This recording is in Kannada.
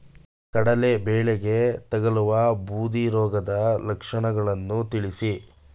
ಕಡಲೆ ಬೆಳೆಗೆ ತಗಲುವ ಬೂದಿ ರೋಗದ ಲಕ್ಷಣಗಳನ್ನು ತಿಳಿಸಿ?